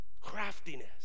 craftiness